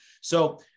So-